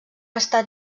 estat